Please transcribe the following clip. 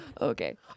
Okay